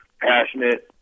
passionate